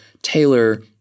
tailor